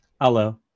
hello